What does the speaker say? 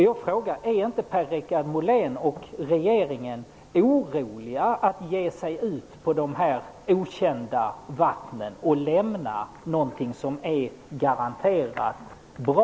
Jag frågar: Är inte Per-Richard Molén och regeringen oroliga för att ge sig ut på de här okända vattnen och lämna någonting som är garanterat bra?